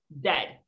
dead